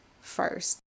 first